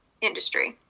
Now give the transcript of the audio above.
industry